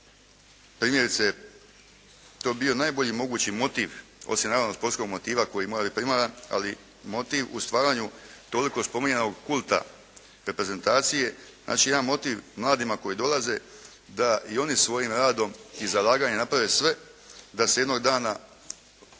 primjerice, to bi bio najbolji mogući motiv osim naravno sportskog motiva koji mora biti primaran. Ali motiv u stvaranju toliko spominjanog kulta reprezentacije, znači jedan motiv mladima koji dolaze da i oni svojim radom i zalaganjem naprave sve da se jednog dana